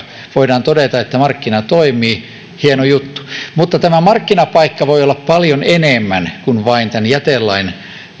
voidaan todeta että markkina toimii hieno juttu mutta tämä markkinapaikka voi olla paljon enemmän kuin vain jätelain